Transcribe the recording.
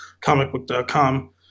comicbook.com